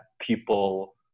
people